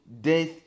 death